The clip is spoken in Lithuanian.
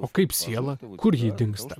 o kaip siela kur ji dingsta